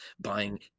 buying